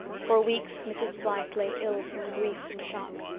for weeks mrs. blythe lay ill from grief and shock.